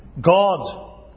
God